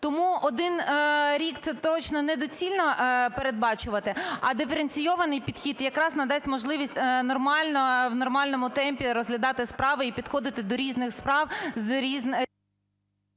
Тому один рік – це точно недоцільно передбачувати, а диференційований підхід якраз надасть можливість нормально, в нормальному темпі розглядати справи і підходити до різних справ… ГОЛОВУЮЧИЙ.